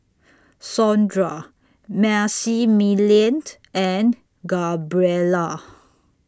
Saundra Maximillian and Gabriela